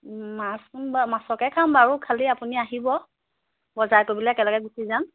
মাছ বাৰু মাছকে খাম বাৰু খালি আপুনি আহিব বজাৰ কৰিবলৈ একেলগে গুচি যাম